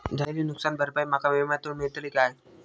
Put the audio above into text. झालेली नुकसान भरपाई माका विम्यातून मेळतली काय?